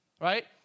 right